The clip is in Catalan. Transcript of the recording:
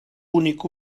únic